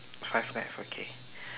five left okay